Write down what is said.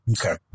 Okay